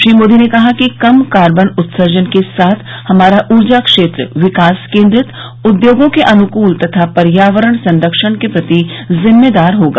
श्री मोदी ने कहा कि कम कार्बन उत्सर्जन के साथ हमारा ऊर्जा क्षेत्र विकास केंद्रित उद्योगों के अनुकूल तथा पर्यावरण संरक्षण के प्रति जिम्मेदार होगा